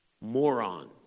moron